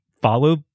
follow